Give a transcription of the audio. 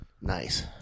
Nice